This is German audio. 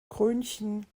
krönchen